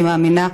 אני מאמינה,